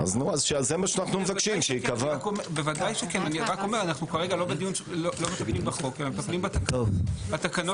רק אומר אנחנו כרגע לא מטפלים בחוק אלא בתקנות,